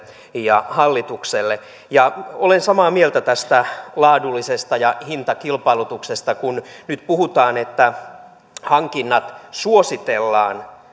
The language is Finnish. ja hallitukselle olen samaa mieltä tästä laadullisesta ja hintakilpailutuksesta kun nyt puhutaan että hankinnat suositellaan